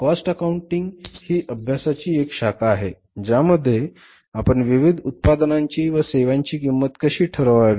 cost accounting ही अभ्यासाची एक शाखा आहे ज्यामध्ये आपण विविध उत्पादनांची व सेवांची किमत कशी ठरवावी